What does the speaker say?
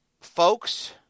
folks